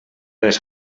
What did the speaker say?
les